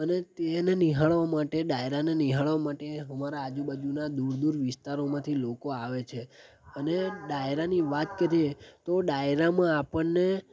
અને તેને નિહાળવા માટે ડાયરાને નિહાળવા માટે અમારા આજુબાજુના દૂર દૂર વિસ્તારોમાંથી લોકો આવે છે અને ડાયરાની વાત કીધી તો ડાયરામાં આપણને